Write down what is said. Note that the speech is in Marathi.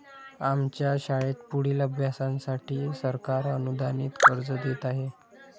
आमच्या शाळेत पुढील अभ्यासासाठी सरकार अनुदानित कर्ज देत आहे